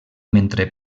mentre